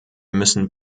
müssen